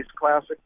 classic